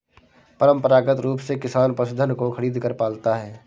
परंपरागत रूप से किसान पशुधन को खरीदकर पालता है